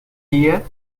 dear